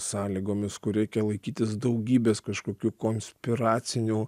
sąlygomis kur reikia laikytis daugybės kažkokių konspiracinių